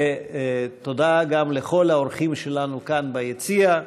ותודה גם לכל האורחים שלנו כאן ביציע.